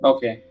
Okay